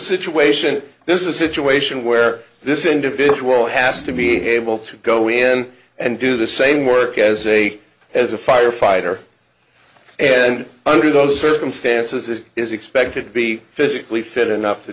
situation this is a situation where this individual has to be able to go in and do the same work as a as a firefighter and under those circumstances it is expected to be physically fit enough to